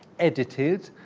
edited,